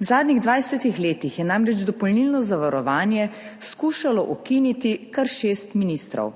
V zadnjih 20 letih je namreč dopolnilno zavarovanje skušalo ukiniti kar šest ministrov,